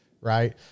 right